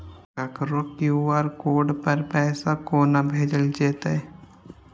ककरो QR code पर पैसा कोना भेजल जेतै?